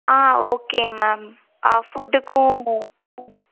ஆ okay ma'am ஆ ஃபுட்டுக்கும்